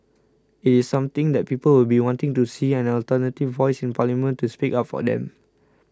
it is something that people will be wanting to see an alternative voice in parliament to speak up for them